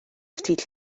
ftit